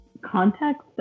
context